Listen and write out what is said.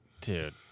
Dude